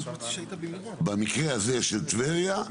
במקרה הזה של טבריה,